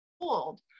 old